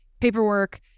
paperwork